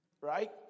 Right